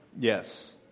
Yes